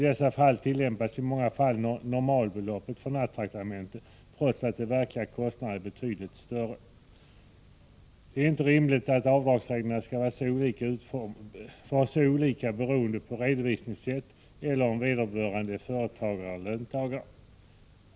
I dessa fall tillämpas många gånger regeln om normalbeloppet för nattraktamente trots att de verkliga kostnaderna är betydligt större. Det är inte rimligt att avdragsreglerna skall vara så olika beroende på redovisningssättet eller om vederbörande är företagare eller löntagare.